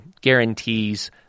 guarantees